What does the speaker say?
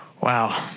Wow